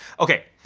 okay,